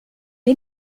les